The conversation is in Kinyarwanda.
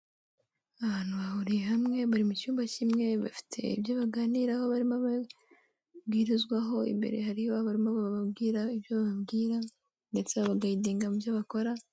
Abantu bahuriye hamwe, bari mu cyumba kimwe, bafite ibyo baganiraho barimo babwirizwaho, imbere hari abarimo bababwira ibyo bababwira, ndetse barabagayidinga mubyo bakora.